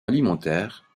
alimentaire